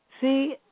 See